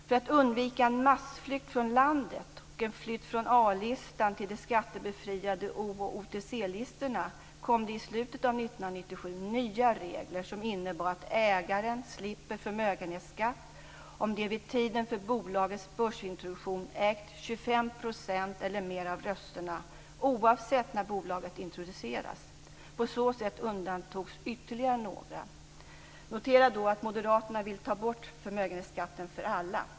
För att undvika en massflykt från landet och en flykt från A-listan till de skattebefriade OTC-listorna kom det i slutet av 1997 nya regler som innebar att ägaren slipper förmögenhetsskatt om han eller hon vid tiden för bolagets börsintroduktion haft 25 % eller mer av rösterna, oavsett när bolaget introducerats. På så sätt undantogs ytterligare några. Man ska då notera att Moderaterna vill ta bort förmögenhetsskatten för alla.